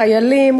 חיילים,